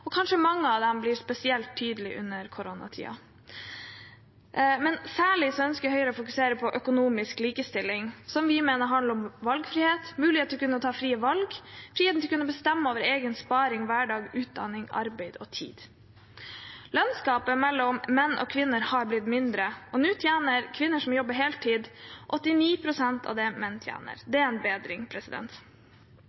og kanskje blir mange av dem spesielt tydelige under koronatiden. Særlig ønsker Høyre å fokusere på økonomisk likestilling, som vi mener handler om valgfrihet, mulighet til å kunne ta frie valg, og frihet til å kunne bestemme over egen sparing, hverdag, utdanning, arbeid og tid. Lønnsgapet mellom menn og kvinner har blitt mindre, og nå tjener kvinner som jobber heltid, 89 pst. av det menn tjener.